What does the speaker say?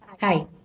Hi